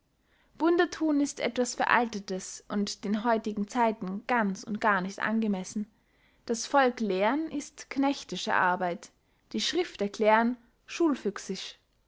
wunder thun ist etwas veraltetes und den heutigen zeiten ganz und gar nicht angemessen das volk lehren ist knechtische arbeit die schrift erklären